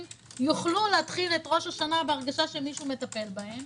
יוכלו להתחיל את ראש השנה בהרגשה שמישהו מטפל בהם.